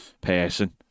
person